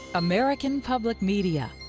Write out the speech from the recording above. american public media